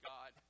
God